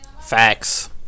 Facts